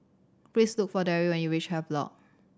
please look for Dabney when you reach Havelock